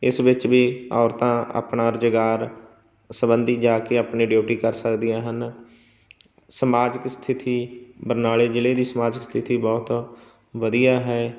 ਇਸ ਵਿੱਚ ਵੀ ਔਰਤਾਂ ਆਪਣਾ ਰੁਜ਼ਗਾਰ ਸੰਬੰਧੀ ਜਾ ਕੇ ਆਪਣੀ ਡਿਊਟੀ ਕਰ ਸਕਦੀਆਂ ਹਨ ਸਮਾਜਿਕ ਸਥਿਤੀ ਬਰਨਾਲੇ ਜ਼ਿਲ੍ਹੇ ਦੀ ਸਮਾਜਿਕ ਸਥਿਤੀ ਬਹੁਤ ਵਧੀਆ ਹੈ